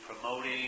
promoting